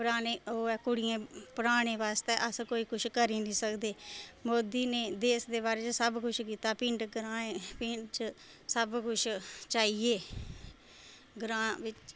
पुराने ओह् ऐ कुड़ियां गी प ढ़ाने आस्तै अस कुछ करी नीं सकदे मोदी नै देश दे बारे च सब कुछ कीता देश ग्राएं पिण्ड च सब कुछ चाहिए